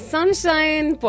Sunshine